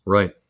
Right